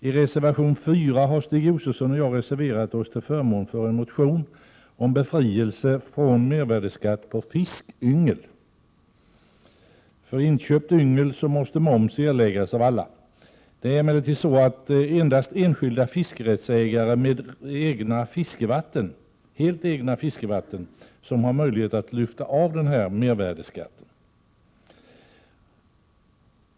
I reservation 4 har Stig Josefson och jag reserverat oss till förmån för en motion om befrielse från mervärdeskatt på fiskyngel. För inköpta yngel måste moms erläggas av alla. Det är emellertid endast enskilda fiskerättsägare med helt egna fiskevatten som har möjlighet att lyfta av mervärdeskatten.